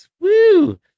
Woo